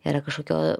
yra kažkokio